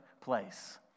place